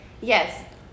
Yes